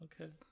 Okay